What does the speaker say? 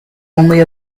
only